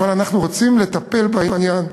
אבל אנחנו רוצים לטפל בעניין.